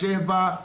שבע שנים,